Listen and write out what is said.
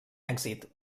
èxit